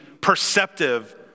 perceptive